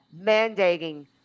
mandating